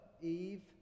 Eve